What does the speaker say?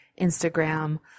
Instagram